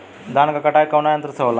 धान क कटाई कउना यंत्र से हो?